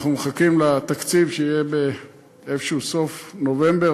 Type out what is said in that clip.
אנחנו מחכים לתקציב שיהיה איפשהו בסוף נובמבר,